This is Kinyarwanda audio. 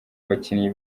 abakinnyi